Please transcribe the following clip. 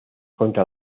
contra